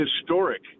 historic